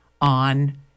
on